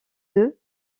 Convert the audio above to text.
deux